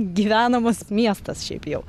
gyvenamas miestas šiaip jau